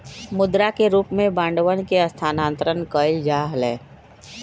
मुद्रा के रूप में बांडवन के स्थानांतरण कइल जा हलय